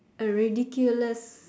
a ridiculous